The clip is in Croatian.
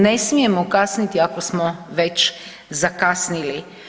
Ne smijemo kasniti ako smo već zakasnili.